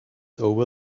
over